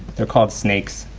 their called snakes.